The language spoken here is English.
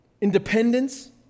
independence